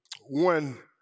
one